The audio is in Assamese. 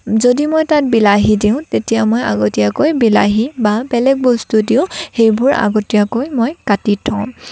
যদি মই তাত বিলাহী দিওঁ তেতিয়া মই আগতীয়াকৈ বিলাহী বা বেলেগ বস্তু দিওঁ সেইবোৰ আগতীয়াকৈ মই কাটি থওঁ